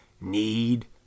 need